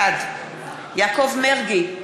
בעד יעקב מרגי,